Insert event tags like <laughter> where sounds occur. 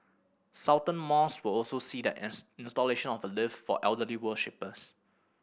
Sultan Mosque will also see the <unintelligible> installation of a lift for elderly worshippers